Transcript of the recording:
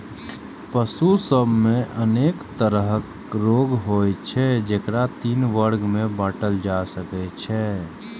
पशु सभ मे अनेक तरहक रोग होइ छै, जेकरा तीन वर्ग मे बांटल जा सकै छै